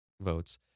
votes